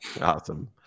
Awesome